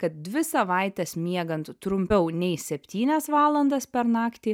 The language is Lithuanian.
kad dvi savaites miegant trumpiau nei septynias valandas per naktį